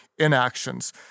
inactions